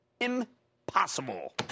impossible